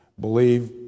believe